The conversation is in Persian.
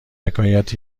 حکایت